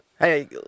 Hey